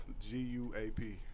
g-u-a-p